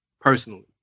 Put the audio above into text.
personally